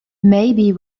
maybe